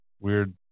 weird